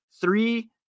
Three